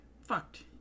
fucked